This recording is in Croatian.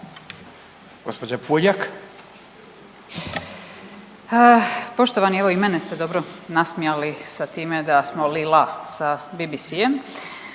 (Centar)** Poštovani, evo i mene ste dobro nasmijali sa time da smo li-la sa BBC-em.